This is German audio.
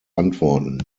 antworten